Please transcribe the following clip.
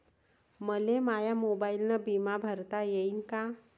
मले माया मोबाईलनं बिमा भरता येईन का?